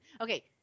okay